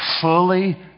fully